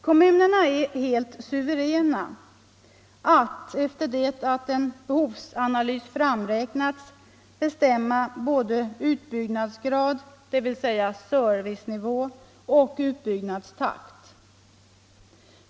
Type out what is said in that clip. Kommunerna är helt suveräna att efter det att en behovsanalys framräknats bestämma både utbyggnadsgrad, dvs. servicenivå, och utbyggnadstakt.